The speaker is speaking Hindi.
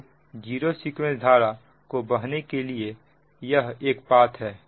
तो जीरो सीक्वेंस धारा को बहने के लिए यहां एक पथ है